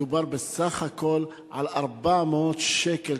מדובר בסך הכול על 400 שקל,